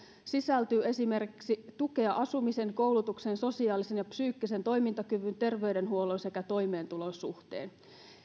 sisältyy esimerkiksi tukea asumisen koulutuksen sosiaalisen ja psyykkisen toimintakyvyn terveydenhuollon sekä toimeentulon suhteen